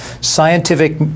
scientific